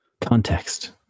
Context